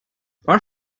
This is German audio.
was